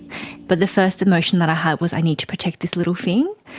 but the first emotion that i had was i need to protect this little thing.